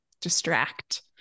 distract